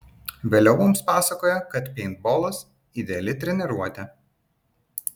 vėliau mums pasakojo kad peintbolas ideali treniruotė